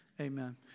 Amen